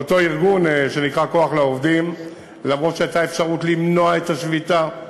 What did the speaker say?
שאותו ארגון שנקרא "כוח לעובדים" אף שהייתה אפשרות למנוע את השביתה,